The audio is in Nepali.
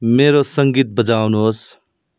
मेरो सङ्गीत बजाउनुहोस्